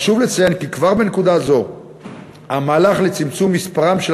חשוב לציין כבר בנקודה זו כי המהלך לצמצום מספרם של